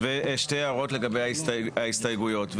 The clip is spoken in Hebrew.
ושתי הערות לגבי ההסתייגויות,